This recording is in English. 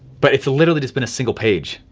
but it's literally just been a single page.